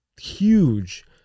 huge